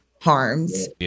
harms